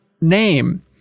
name